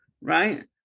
right